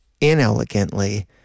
inelegantly